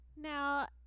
Now